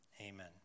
amen